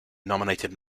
nominated